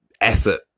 effort